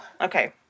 Okay